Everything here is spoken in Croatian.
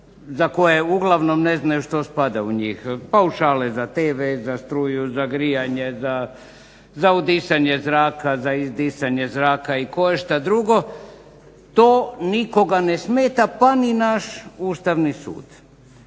za koje uglavnom ne znaju što spada u njih. Paušale za tv, za struju, za grijanje, za udisanje zraka, za izdisanje zraka i koješta drugo. To nikoga ne smeta pa ni naš Ustavni sud.